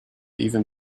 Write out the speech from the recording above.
even